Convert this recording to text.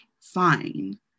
fine